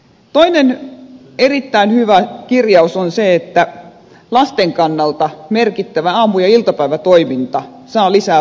toinen erittäin hyvä kirjaus on se että lasten kannalta merkittävä aamu ja iltapäivätoiminta saa lisää vahvistusta